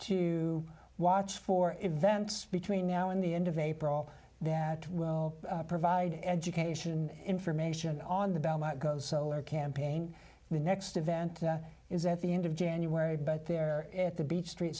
to watch for events between now and the end of april that will provide education information on the belmont goes solar campaign the next event is at the end of january but there at the beach street